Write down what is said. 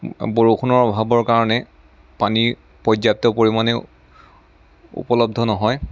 বৰষুণৰ অভাৱৰ কাৰণে পানী পৰ্য্য়াপ্ত পৰিমাণেও উপলব্ধ নহয়